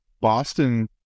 boston